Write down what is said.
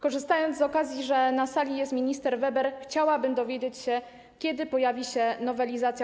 Korzystając z okazji, że na sali jest minister Weber, chciałabym dowiedzieć się, kiedy pojawi się nowelizacja